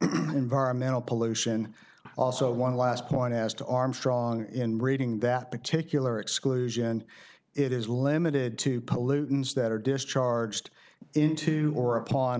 environmental pollution also one last point as to armstrong in reading that particular exclusion it is limited to pollutants that are discharged into or upon